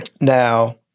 Now